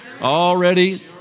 Already